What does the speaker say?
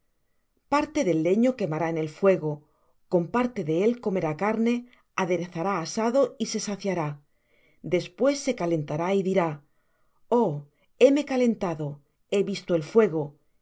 parte del leño quemará en el fuego con parte de él comerá carne aderezará asado y se saciará después se calentará y dirá oh heme calentado he visto el fuego